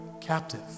captive